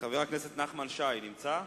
חבר הכנסת נחמן שי נמצא?